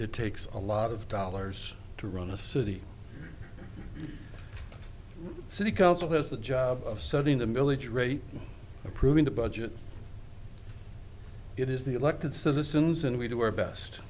it takes a lot of dollars to run a city the city council has the job of setting the millage rate approving the budget it is the elected citizens and we do our best